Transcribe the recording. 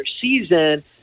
season